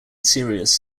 serious